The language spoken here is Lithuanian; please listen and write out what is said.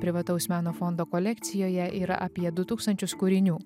privataus meno fondo kolekcijoje yra apie du tūkstančius kūrinių